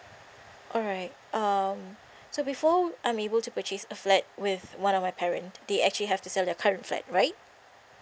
alright um so before I'm able to purchase a flat with one of my parent they actually have to sell their current flat right